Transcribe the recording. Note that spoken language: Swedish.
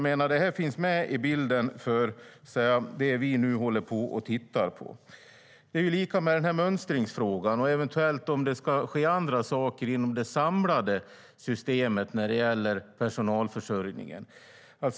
Men det här finns med i det som vi nu håller på att se över. Det är likadant med mönstringsfrågan och om det eventuellt ska ske andra saker inom det samlade systemet när det gäller personalförsörjningen.